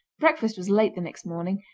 breakfast was late the next morning,